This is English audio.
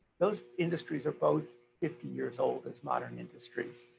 those industries are both fifty years old as modern industries.